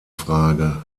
frage